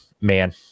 man